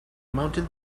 mounted